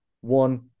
one